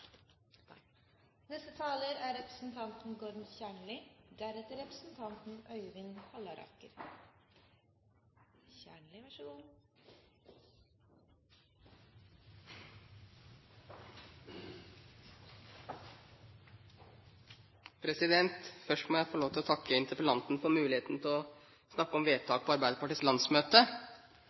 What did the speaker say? Først må jeg få lov til å takke interpellanten for muligheten til å snakke om vedtak på Arbeiderpartiets landsmøte.